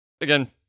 Again